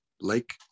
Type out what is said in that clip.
Lake